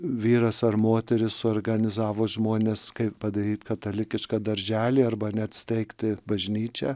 vyras ar moteris suorganizavo žmones kai padaryti katalikišką darželį arba net steigti bažnyčią